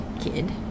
kid